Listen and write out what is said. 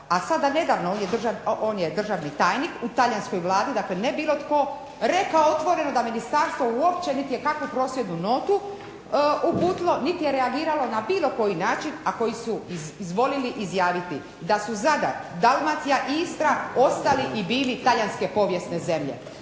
a sada nedavno on je državni tajnik u talijanskoj Vladi, dakle ne bilo tko, rekao otvoreno da ministarstvo uopće niti je kakvu prosvjednu notu uputilo niti je reagiralo na bilo koji način, a koji su izvolili izjaviti da su Zadar, Dalmacija i Istra ostali i bili talijanske povijesne zemlje.